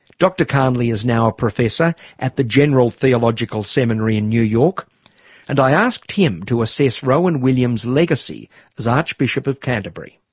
dr carnley is now a professor at the general theological seminary in new york and i asked him to assess rowan williams' legacy as archbishop of canterbury.